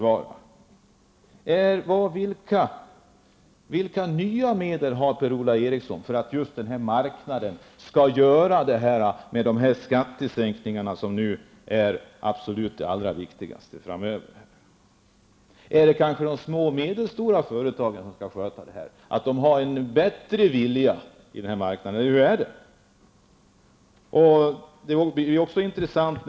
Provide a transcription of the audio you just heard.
Vilka nya medel har Per-Ola Eriksson, förutom skattesänkningarna som är det absolut viktigaste framdeles, för att marknaden skall klara problemen? Är det kanske de små och medelstora företagen som skall sköta det här? Har dessa bolag en bättre vilja, eller hur är det?